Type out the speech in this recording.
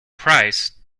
price